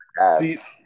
ads